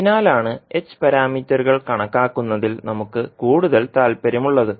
അതിനാലാണ് h പാരാമീറ്ററുകൾ കണക്കാക്കുന്നതിൽ നമുക്ക് കൂടുതൽ താൽപ്പര്യമുള്ളത്